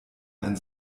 ein